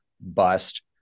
bust